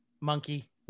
monkey